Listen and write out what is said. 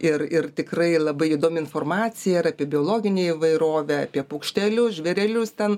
ir ir tikrai labai įdomi informacija ir apie biologinę įvairovę apie paukštelius žvėrelius ten